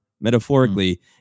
metaphorically